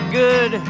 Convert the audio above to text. good